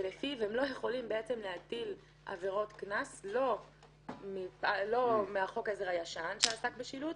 לפיו הם לא יכולים להטיל עבירות קנס מחוק העזר הישן שעסק בשילוט.